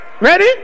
Ready